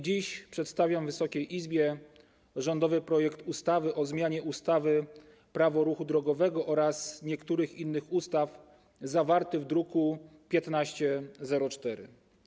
Dziś przedstawiam Wysokiej Izbie rządowy projekt ustawy o zmianie ustawy - Prawo o ruchu drogowym oraz niektórych innych ustaw zawarty w druku nr 1504.